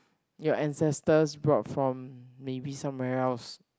your ancestors brought from maybe somewhere else